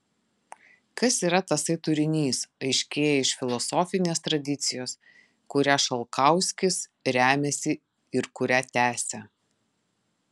kas yra tasai turinys aiškėja iš filosofinės tradicijos kuria šalkauskis remiasi ir kurią tęsia